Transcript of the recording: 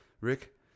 Rick